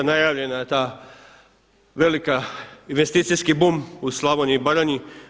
Najavljena je ta velika investicijski bum u Slavoniji i Baranji.